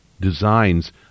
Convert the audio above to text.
designs